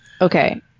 Okay